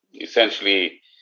Essentially